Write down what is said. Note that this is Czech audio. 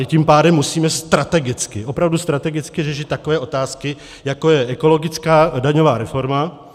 Tím pádem ale musíme strategicky, opravdu strategicky řešit takové otázky, jako je ekologická daňová reforma.